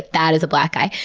that is a black guy.